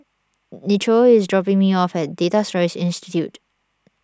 Nichole is dropping me off at Data Storage Institute